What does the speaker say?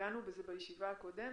נגענו בזה בישיבה הקודמת.